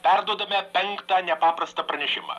perduodame penktą nepaprastą pranešimą